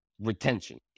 retention